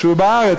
כשהוא בארץ,